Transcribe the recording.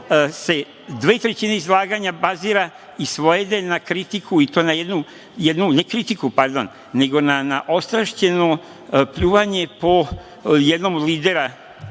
se dve trećine izlaganja bazira i svede na kritiku, i to na jednu ne kritiku, nego na ostrašćeno pljuvanje po jednom od lidera